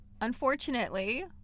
unfortunately